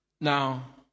Now